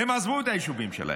הם עזבו את היישובים שלהם,